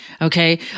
Okay